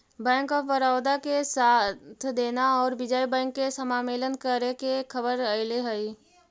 bank of Baroda के साथ देना औउर विजय बैंक के समामेलन करे के खबर अले हई